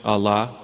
Allah